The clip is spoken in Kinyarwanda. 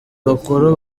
bakuru